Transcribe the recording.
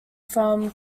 from